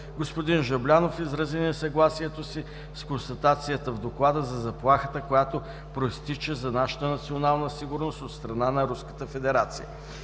Господин Жаблянов изрази несъгласието си с констатацията в Доклада за заплахата, която произтича за нашата национална сигурност от страна на